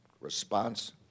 response